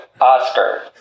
Oscar